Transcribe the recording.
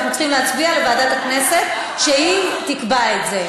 אנחנו צריכים להצביע על העברה לוועדת הכנסת והיא תקבע את זה,